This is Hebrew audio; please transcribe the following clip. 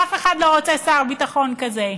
אף אחד לא רוצה שר ביטחון כזה,